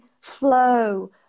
Flow